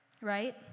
right